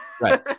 Right